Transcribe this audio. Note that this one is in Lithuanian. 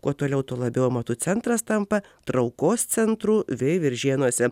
kuo toliau tuo labiau amatų centras tampa traukos centru veiviržėnuose